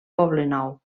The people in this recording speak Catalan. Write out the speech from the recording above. poblenou